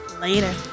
Later